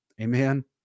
Amen